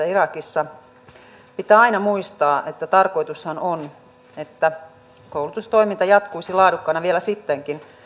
irakissa pitää aina muistaa että tarkoitushan on että koulutustoiminta jatkuisi laadukkaana vielä sittenkin